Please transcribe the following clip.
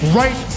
right